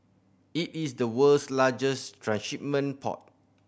it is the world's largest transshipment port